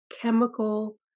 chemical